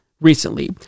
recently